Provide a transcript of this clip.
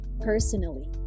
personally